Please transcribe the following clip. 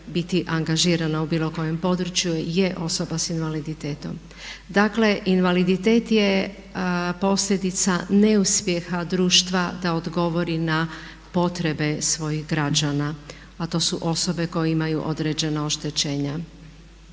biti angažirana u bilo kojem području je osoba s invaliditetom. Dakle, invaliditet je posljedica neuspjeha društva da odgovori na potrebe svojih građana, a to su osobe koje imaju određena oštećenja.